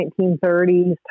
1930s